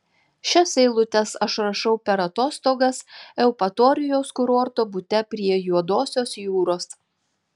šias eilutes aš rašau per atostogas eupatorijos kurorto bute prie juodosios jūros